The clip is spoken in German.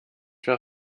für